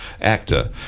actor